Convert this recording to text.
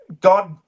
God